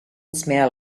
smell